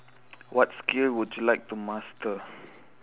what skill would you like to master